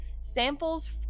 samples